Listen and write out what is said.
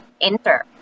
enter